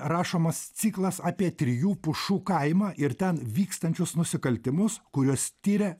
rašomas ciklas apie trijų pušų kaimą ir ten vykstančius nusikaltimus kuriuos tiria